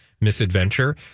misadventure